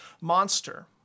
monster